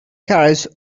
carriage